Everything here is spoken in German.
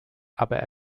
aber